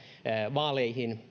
vaaleihin